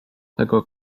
tego